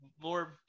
more